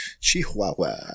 Chihuahua